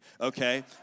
okay